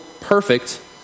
perfect